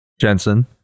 Jensen